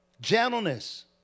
gentleness